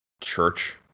church